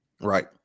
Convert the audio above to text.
Right